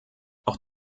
auch